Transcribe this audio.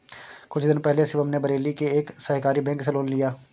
कुछ दिन पहले शिवम ने बरेली के एक सहकारी बैंक से लोन लिया